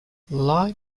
like